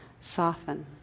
soften